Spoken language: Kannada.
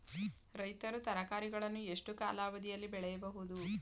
ರೈತರು ತರಕಾರಿಗಳನ್ನು ಎಷ್ಟು ಕಾಲಾವಧಿಯಲ್ಲಿ ಬೆಳೆಯಬಹುದು?